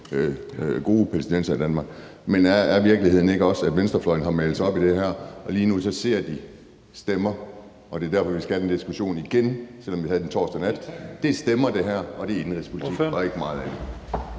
gode palæstinensere i Danmark. Men er virkeligheden ikke også, at venstrefløjen har malet sig op i det her hjørne, at lige nu ser de stemmer, og at det er derfor, vi skal have den her diskussion igen, selv om vi havde den torsdag nat? Det her er stemmer, og det er indenrigspolitik og ikke meget andet.